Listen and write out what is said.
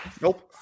nope